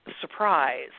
surprise